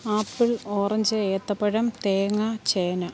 apple orange ഏത്തപ്പഴം തേങ്ങാ ചേന